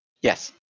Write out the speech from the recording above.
Yes